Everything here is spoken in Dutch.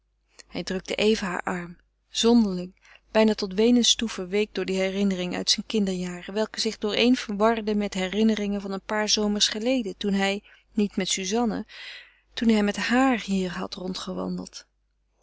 hij drukte even haren arm zonderling bijna tot weenens toe verweekt door die herinnering uit zijne kinderjaren welke zich dooreen warde met herinneringen van een paar zomers geleden toen hij niet met suzanne toen hij met hàar hier had